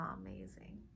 amazing